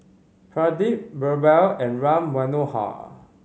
Pradip Birbal and Ram Manohar